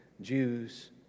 Jews